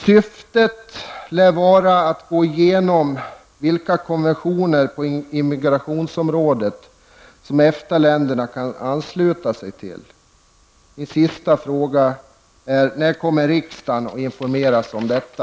Syftet lär vara att man skall gå igenom vilka konventioner på immigrationsområdet som EFTA-länderna kan ansluta sig till. Min sista fråga blir: När kommer riksdagen att informeras om detta?